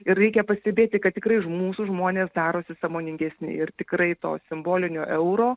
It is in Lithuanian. ir reikia pastebėti kad tikrai ž mūsų žmonės darosi sąmoningesni ir tikrai to simbolinio euro